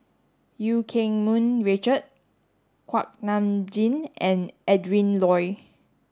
Eu Keng Mun Richard Kuak Nam Jin and Adrin Loi